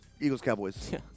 Eagles-Cowboys